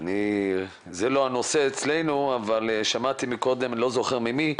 לא זה הנושא אצלנו אבל שמעתי קודם, לא זוכר ממי,